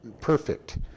perfect